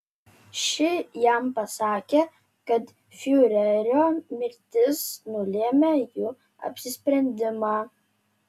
ši jam pasakė kad fiurerio mirtis nulėmė jų apsisprendimą